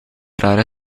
rare